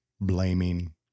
blaming